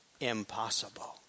impossible